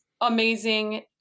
amazing